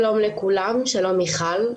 שלום לכולם, שלום, מיכל.